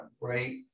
right